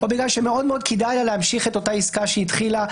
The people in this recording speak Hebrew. או בגלל שמאוד כדאי לה להמשיך את אותה עסקה שהיא התחילה,